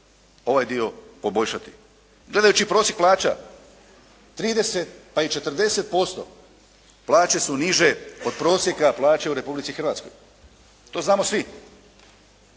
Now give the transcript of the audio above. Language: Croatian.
ovaj dio poboljšati. Gledajući prosjek plaća 30 pa i 40% plaće su niže od prosjeka plaće u Republici Hrvatskoj. To znamo svi